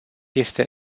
este